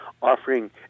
offering